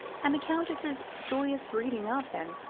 and the countess's joyous greeting of them,